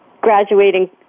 graduating